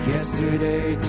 Yesterday